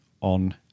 on